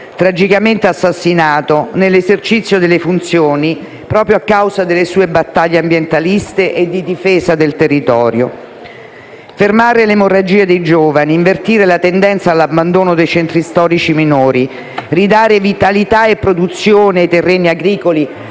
tragicamente assassinato nell'esercizio delle funzioni a causa delle sue battaglie ambientaliste e di difesa del territorio. Fermare l'emorragia di giovani, invertire la tendenza all'abbandono dei centri storici minori, ridare vitalità e produzione ai terreni agricoli